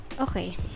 okay